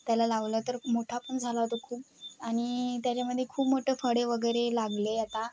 त्याला लावलं तर मोठा पण झाला तो खूप आणि त्याच्यामध्ये खूप मोठे फळे वगैरे लागले आता